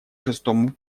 шестому